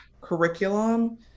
curriculum